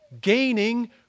gaining